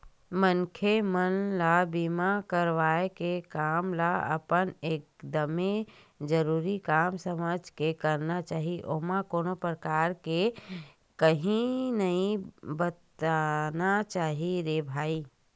मनखे मन ल बीमा करवाय के काम ल अपन एकदमे जरुरी काम समझ के करना चाही ओमा कोनो परकार के काइही नइ बरतना चाही रे भई